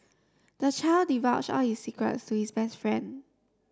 the child divulged all his secrets to his best friend